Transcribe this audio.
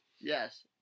Yes